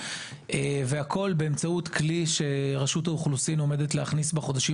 והכול באמצעות כלי שרשות האוכלוסין עומדת להכניס בחודשים